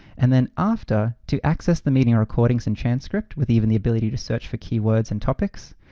and then after, to access the meeting recordings and transcript with even the ability to search for keywords and topics,